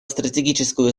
стратегическую